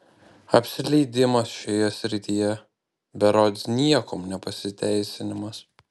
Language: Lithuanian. apsileidimas šioje srityje berods niekuom nepasiteisinamas